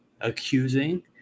accusing